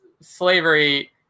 slavery